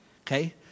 Okay